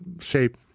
shape